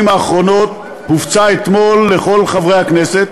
האחרונות הופצה אתמול לכל חברי הכנסת,